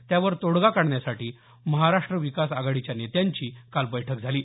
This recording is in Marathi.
त्यावर तोडगा काढण्यासाठी महाराष्ट विकास आघाडीच्या नेत्यांची काल बैठक झाली